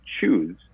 choose